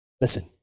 listen